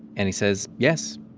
and he says, yes,